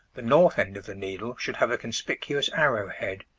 the north end of the needle should have a conspicuous arrow-head.